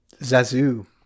Zazu